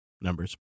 numbers